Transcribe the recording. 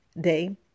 day